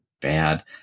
bad